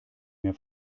mehr